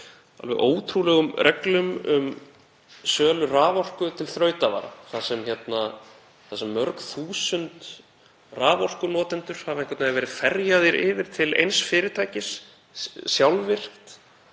alveg ótrúlegum reglum um sölu raforku til þrautavara þar sem mörg þúsund raforkunotendur hafa einhvern veginn verið ferjaðir yfir til eins fyrirtækis sjálfvirkt